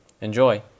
Enjoy